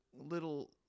little